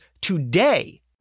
today